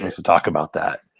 to talk about that.